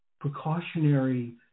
precautionary